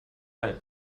alt